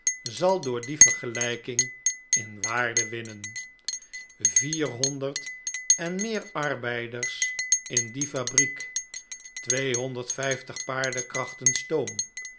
zal door die vergelijking in waarde winnen vierhonderd en meer arbeiders in die fabriek tweehonderd vijftig paardekrachten stoom